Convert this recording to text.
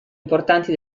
importanti